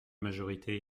majorité